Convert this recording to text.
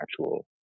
actual